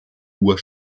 uhr